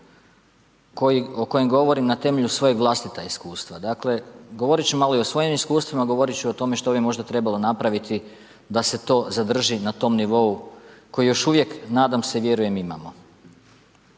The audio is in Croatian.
o kojem govorim na temelju svojeg vlastita iskustva. Dakle, govorit ću malo i o svojim iskustvima, govorit ću o tome što bi možda trebalo napraviti da se to zadrži na tom nivou koji još nadam se i vjerujem imamo.